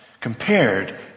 compared